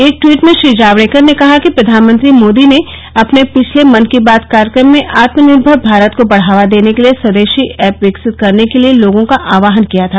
एक ट्पीट में श्री जावेडकर ने कहा कि प्रधानमंत्री मोदी ने अपने पिछले मन की बात कार्यक्रम में आत्मनिर्मर भारत को बढ़ावा देने के लिए स्वदेशी एप विकसित करने के लिए लोगों का आह्वान किया था